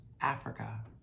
Africa